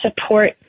support